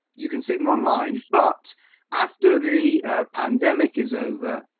you can see them online, but after the pandemic is over, ah,